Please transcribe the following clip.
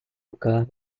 carro